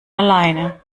alleine